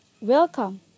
welcome